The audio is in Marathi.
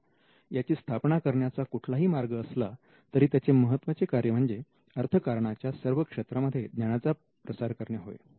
तेव्हा याची स्थापना करण्याचा कुठलाही मार्ग असला तरी त्याचे महत्त्वाचे कार्य म्हणजे अर्थकारणाच्या सर्व क्षेत्रामध्ये ज्ञानाचा प्रसार करणे होय